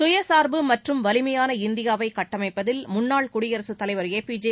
சுயசார்பு மற்றும் வலிமையான இந்தியாவை கட்டமைப்பதில் முன்னாள் குடியரசு தலைவர் ஏபிஜே